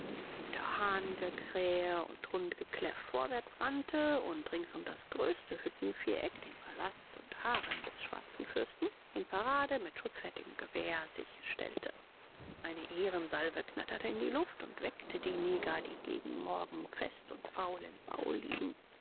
unter hahnengekrähe und hundegekläff vorwärts rannte und rings um das größte hüttenviereck den palast und harem des schwarzen fürsten in parade mit schußfertigem gewehr sich stellte eine ehrensalve knatterte in die luft und weckte die neger die gegen morgen fest und faul im bau liegen